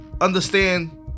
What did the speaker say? understand